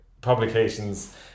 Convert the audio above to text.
publications